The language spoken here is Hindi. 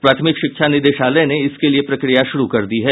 प्राथमिक शिक्षा निदेशालय ने इसके लिये प्रक्रिया शुरू कर दी है